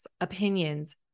opinions